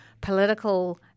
political